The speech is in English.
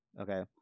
Okay